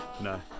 No